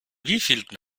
wievielten